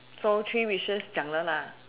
so three wishes 讲了：jiang le lah